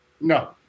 No